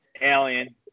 Alien